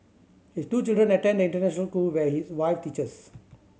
his two children attend the international school where his wife teaches